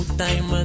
time